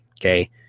Okay